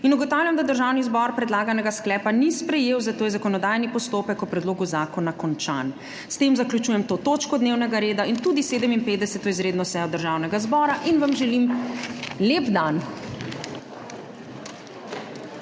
Ugotavljam, da Državni zbor predlaganega sklepa ni sprejel, zato je zakonodajni postopek o predlogu zakona končan. S tem zaključujem to točko dnevnega reda in tudi 57. izredno sejo Državnega zbora in vam želim lep dan!